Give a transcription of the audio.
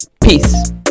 peace